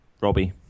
Robbie